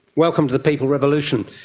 welcome to the people revolution.